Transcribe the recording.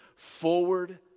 forward